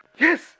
Yes